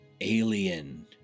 Alien